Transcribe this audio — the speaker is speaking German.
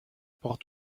port